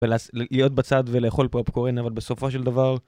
ולהיות בצד ולאכול פופקורן אבל בסופו של דבר